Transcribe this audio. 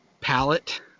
palette